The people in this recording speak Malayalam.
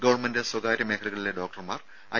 ഗവൺമെന്റ് സ്വകാര്യ മേഖലകളിലെ ഡോക്ടർമാർ ഐ